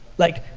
like,